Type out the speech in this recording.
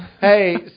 Hey